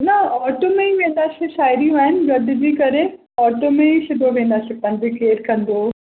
न ऑटो में ई वेंदासे साहिड़ियूं आहिनि गॾिजी करे ऑटो में ई सिधो वेंदासे पंधु केरु कंदो